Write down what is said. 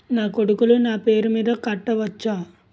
నా కొడుకులు నా పేరి మీద కట్ట వచ్చా?